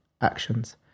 actions